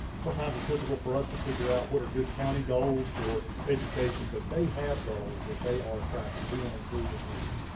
sometimes it's difficult for us to figure out what are good county goals for education, but they have goals that they are tracking, we want to clue them next year.